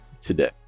today